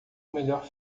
melhor